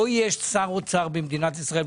לא יהיה שר אוצר במדינת ישראל,